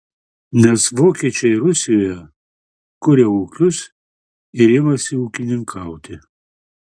nes vokiečiai rusijoje kuria ūkius ir imasi ūkininkauti